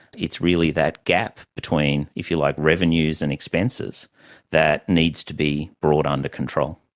it's really that gap between, if you like, revenues and expenses that needs to be brought under control.